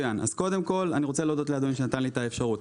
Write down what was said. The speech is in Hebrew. קודם כל אני רוצה להודות לאדוני שנתן לי את האפשרות.